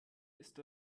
ist